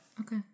Okay